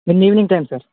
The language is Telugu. నిన్న ఈవినింగ్ టైం సార్